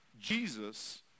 Jesus